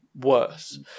worse